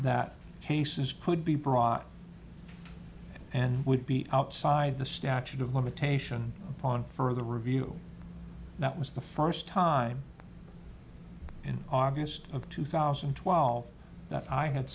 that cases could be brought in and would be outside the statute of limitation on further review that was the first time in august of two thousand and twelve that i had